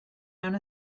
mewn